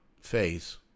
phase